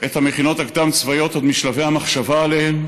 את המכינות הקדם-צבאיות עוד משלבי המחשבה עליהן,